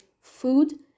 food